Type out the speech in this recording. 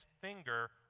finger